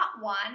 one